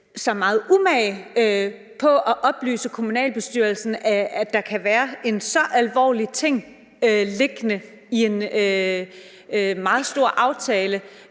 sig meget umage med at oplyse kommunalbestyrelsen om, at der kan være en så alvorlig ting liggende i en meget stor aftale,